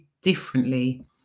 differently